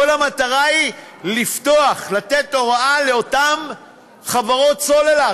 כל המטרה היא לפתוח, לתת הוראה לאותן חברות סלולר,